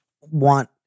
want